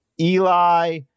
Eli